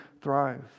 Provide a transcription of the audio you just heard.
thrive